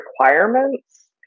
requirements